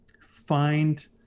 find